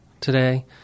today